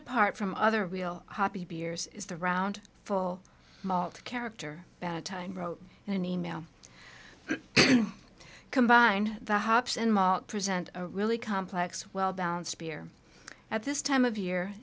apart from other real happy beers is the round full malt character time wrote in an email combined the hops and present a really complex well balanced beer at this time of year